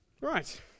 Right